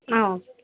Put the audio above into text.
ஆ okay